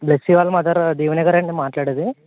బ్లెస్సి వాళ్ళ మదరు దీవెన గారా అండి మాట్లాడేది